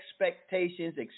expectations